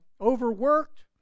overworked